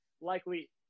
likely